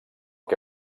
que